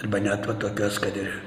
arba net va tokios kad ir